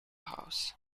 house